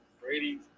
Brady